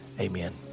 amen